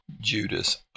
Judas